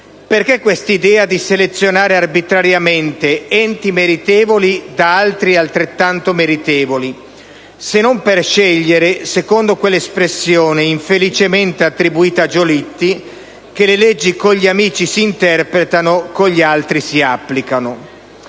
Perché questa idea di selezionare arbitrariamente enti meritevoli da altri altrettanto meritevoli, se non per scegliere, secondo l'espressione - infelicemente attribuita a Giolitti - per cui le leggi con gli amici si interpretano, con gli altri si applicano.